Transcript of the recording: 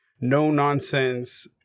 no-nonsense